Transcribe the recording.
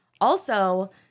also-